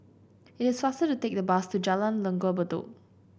it is faster to take the bus to Jalan Langgar Bedok